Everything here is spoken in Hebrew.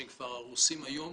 שהם כבר הרוסים היום